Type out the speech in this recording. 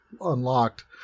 unlocked